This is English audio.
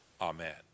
Amen